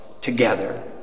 together